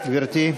גברתי,